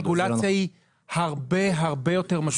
הרגולציה היא הרבה הרבה יותר משמעותית.